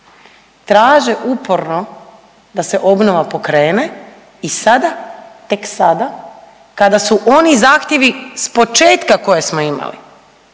traže uporno da se obnova pokrene i sada, tek sada kada su oni zahtjevi s početka koje smo imali,